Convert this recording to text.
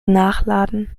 nachladen